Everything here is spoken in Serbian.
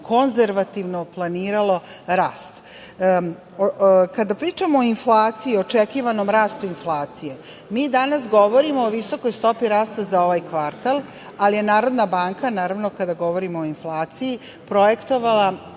konzervativno, planiralo rast. Kada pričamo o inflaciji, očekivanom rastu inflacije, mi danas govorimo o visokoj stopi rasta za ovaj kvartal, ali je Narodna banka, naravno kada govorim o inflaciji, projektovala